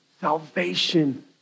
Salvation